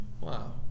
Wow